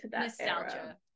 Nostalgia